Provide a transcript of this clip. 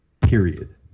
period